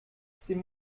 c’est